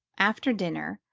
after dinner,